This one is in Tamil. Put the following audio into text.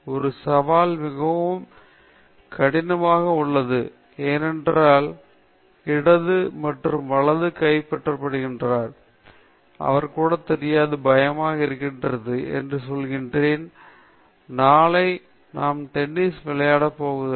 ஒரு சவால் மிகவும் அதிகமாக உள்ளது ஏனென்றால் மற்றவர் இடது மற்றும் வலது கைப்பற்றப்படுகிறாள் அவர் கூட தெரியாது பயமாக இருக்கிறது அவன் சொல்கிறேன் அம்மா நாளை நான் டென்னிஸ் போவதில்லை